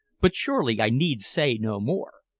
but surely i need say no more.